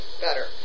better